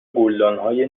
گلدانهای